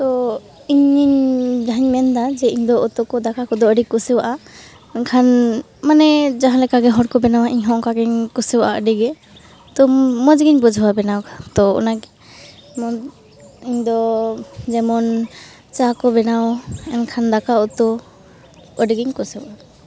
ᱛᱚ ᱤᱧᱤᱧ ᱡᱟᱦᱟᱸᱧ ᱢᱮᱱᱫᱟ ᱤᱧᱫᱚ ᱩᱛᱩᱠᱚ ᱫᱟᱠᱟ ᱠᱚᱫᱚ ᱟᱹᱰᱤᱧ ᱠᱩᱥᱤᱣᱟᱜᱼᱟ ᱮᱱᱠᱷᱟᱱ ᱢᱟᱱᱮ ᱡᱟᱦᱟᱸ ᱞᱮᱠᱟ ᱜᱮ ᱦᱚᱲᱠᱚ ᱵᱮᱱᱟᱣᱟ ᱤᱧᱦᱚᱸ ᱚᱱᱠᱟᱜᱮᱧ ᱠᱩᱥᱤᱣᱟᱜᱼᱟ ᱟᱹᱰᱤᱜᱮ ᱛᱚ ᱢᱚᱡᱽᱜᱮᱧ ᱵᱩᱡᱷᱟᱹᱣᱟ ᱵᱮᱱᱟᱣ ᱛᱚ ᱚᱱᱟᱜᱮ ᱤᱧᱫᱚ ᱡᱮᱢᱚᱱ ᱪᱟ ᱠᱚ ᱵᱮᱱᱟᱣ ᱮᱱᱠᱷᱟᱱ ᱫᱟᱠᱟᱼᱩᱛᱩ ᱟᱹᱰᱤᱜᱮᱧ ᱠᱩᱥᱤᱣᱟᱜᱼᱟ